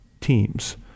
teams